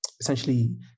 essentially